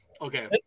Okay